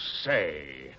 say